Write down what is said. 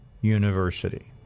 University